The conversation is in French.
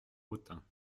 autun